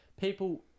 people